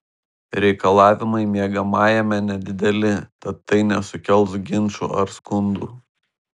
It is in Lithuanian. reikalavimai miegamajame nedideli tad tai nesukels ginčų ar skundų